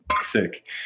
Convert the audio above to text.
sick